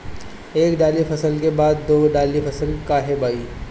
एक दाली फसल के बाद दो डाली फसल काहे बोई?